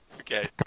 Okay